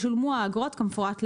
ישולמו האגרות כמפורט להלן: